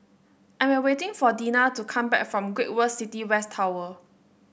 I am waiting for Deena to come back from Great World City West Tower